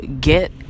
get